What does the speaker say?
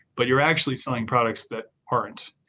but you're actually selling products that aren't.